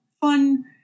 fun